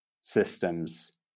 systems